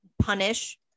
Punish